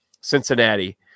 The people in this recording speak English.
Cincinnati